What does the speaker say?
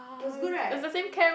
it was good right